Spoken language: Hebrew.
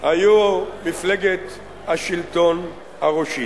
היו מפלגת השלטון הראשית.